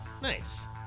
Nice